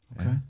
Okay